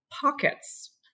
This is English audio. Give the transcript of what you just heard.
pockets